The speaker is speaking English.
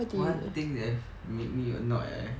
one thing that make me annoyed ah